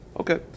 Okay